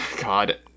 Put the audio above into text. god